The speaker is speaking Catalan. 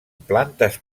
plantes